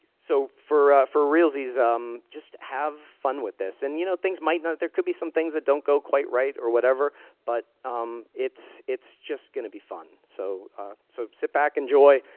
so for for realsies, um just have fun with this and you know, things might not, there could be some things that don't go quite right or whatever but um it's it's just gonna be fun so so sit back, enjoy,